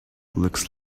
looks